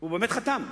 הוא באמת חתם.